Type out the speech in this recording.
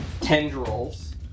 tendrils